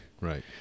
Right